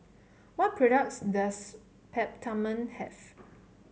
what products does Peptamen have